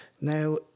now